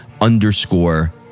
underscore